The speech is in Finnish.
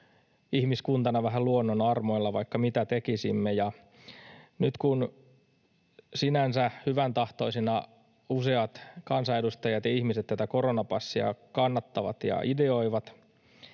ihmiskuntana vähän luonnon armoilla, vaikka mitä tekisimme, ja nyt kun — sinänsä hyväntahtoisina — useat kansanedustajat ja ihmiset kannattavat ja ideoivat